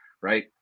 right